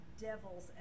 devil's